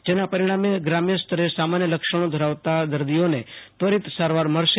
જેનાં પરિણામે ગ્રામ્ય સ્તરે સામાન્ય લક્ષણો ધરાવતા દર્દીઓને વ્તીર્ત સારવાર મળશે